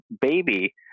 baby